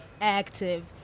active